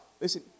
Listen